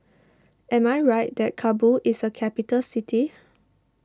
am I right that Kabul is a capital city